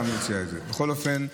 נכון.